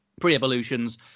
pre-evolutions